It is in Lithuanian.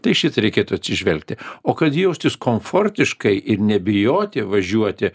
tai į šitą reikėtų atsižvelgti o kad jaustis komfortiškai ir nebijoti važiuoti